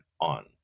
on